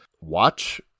watch